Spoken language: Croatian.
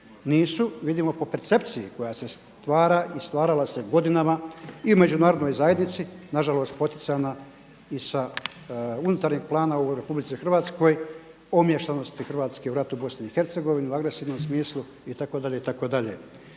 nisu vidimo po percepciji koja se stvara i stvarala se godinama i u međunarodnoj zajednici, nažalost poticana i sa unutarnjeg plana u RH o … Hrvatske u ratu u BIH u agresivnom smislu itd.